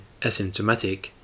asymptomatic